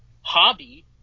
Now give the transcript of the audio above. hobby